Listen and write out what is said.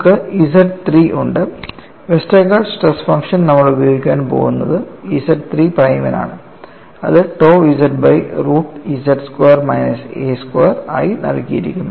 നമുക്ക് ZIII ഉണ്ട് Westergaard stress function നമ്മൾ ഉപയോഗിക്കാൻ പോകുന്നത് ZIII പ്രൈമിനാണ് അത് tau z by root z square minus a square ആയി നൽകിയിരിക്കുന്നു